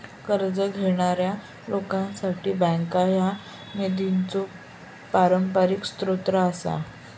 कर्ज घेणाऱ्या लोकांसाठी बँका हा निधीचो पारंपरिक स्रोत आसा